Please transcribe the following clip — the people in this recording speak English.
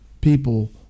people